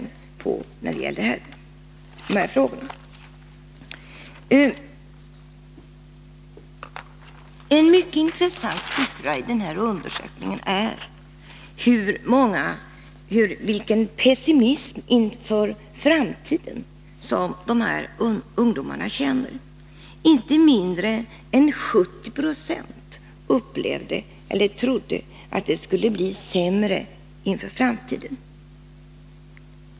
En mycket intressant fråga i den här undersökningen är den pessimism inför framtiden som dessa ungdomar känner. Inte mindre än 70 96 trodde att det skulle bli sämre inför framtiden.